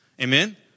Amen